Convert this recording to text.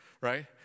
right